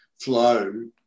flow